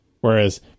Whereas